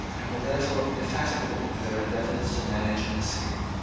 and were therefore indefatigable in their endeavours to manage an escape.